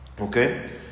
okay